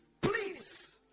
please